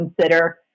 consider